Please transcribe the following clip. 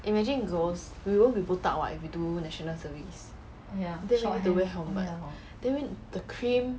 imagine girls we won't be botak what if we do national service